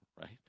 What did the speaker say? right